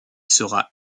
sera